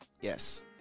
Yes